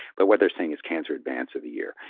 but what they're saying is cancer advance of the year.